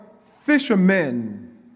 fishermen